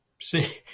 See